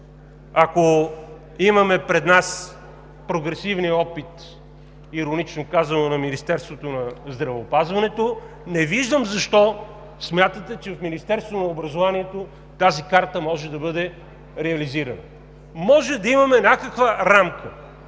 ако имаме пред нас прогресивния опит на Министерството на здравеопазването – иронично казано, не виждам защо смятате, че в Министерството на образованието тази карта може да бъде реализирана. Може да имаме някаква рамка,